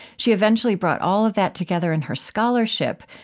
she eventually brought all of that together in her scholarship,